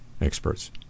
experts